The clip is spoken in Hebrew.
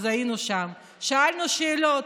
אז היינו שם, שאלנו שאלות,